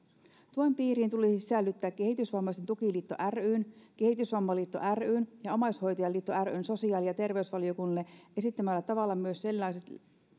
tuen piiriin tulisi sisällyttää kehitysvammaisten tukiliitto ryn kehitysvammaliitto ryn ja omaishoitajaliitto ryn sosiaali ja terveysvaliokunnalle esittämällä tavalla myös sellaiset